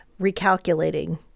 recalculating